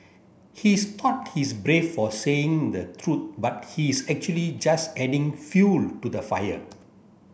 he's thought he's brave for saying the truth but he's actually just adding fuel to the fire